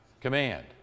command